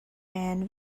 and